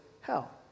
hell